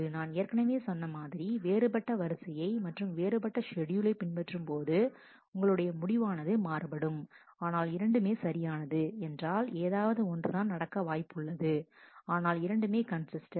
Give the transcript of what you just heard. நான் ஏற்கனவே சொன்ன மாதிரி வேறுபட்ட வரிசையை மற்றும் வேறுபட்ட ஷெட்யூலை பின்பற்றும் போது உங்களுடைய முடிவானது மாறுபடும் ஆனால் இரண்டுமே சரியானது என்றால் ஏதாவது ஒன்றுதான் நடக்க வாய்ப்பு உள்ளது ஆனால் இரண்டுமே கன்சிஸ்டன்ட்